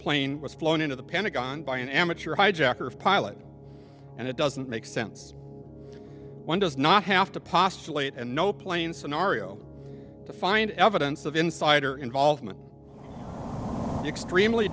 plane was flown into the pentagon by an amateur hijacker of pilot and it doesn't make sense one does not have to postulate and no plane so norio to find evidence of insider involvement extremely